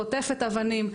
חוטפת אבנים,